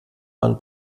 man